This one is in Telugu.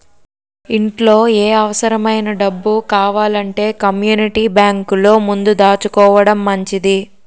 ఇంట్లో ఏ అవుసరమైన డబ్బు కావాలంటే కమ్మూనిటీ బేంకులో ముందు దాసుకోడం మంచిది